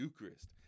Eucharist